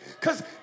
Cause